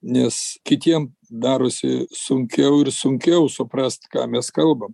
nes kitiem darosi sunkiau ir sunkiau suprast ką mes kalbam